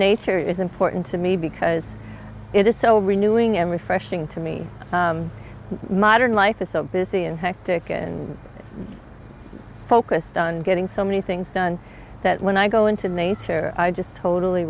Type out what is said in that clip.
nature is important to me because it is so renewing and refreshing to me modern life is so busy and hectic and focused on getting so many things done that when i go into nature i just totally